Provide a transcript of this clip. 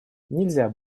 нельзя